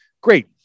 Great